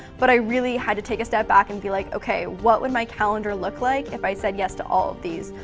but i really had to take a step back and be like, okay, what would my calendar look like if i said yes to all of these?